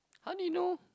how do you know